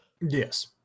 Yes